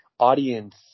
audience